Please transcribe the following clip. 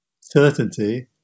certainty